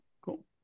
Cool